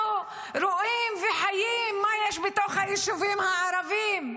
אנחנו חיים ורואים מה יש בתוך היישובים הערביים,